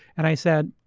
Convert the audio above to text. and i said,